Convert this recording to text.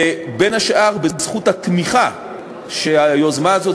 ובין השאר בזכות התמיכה שהיוזמה הזאת